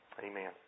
Amen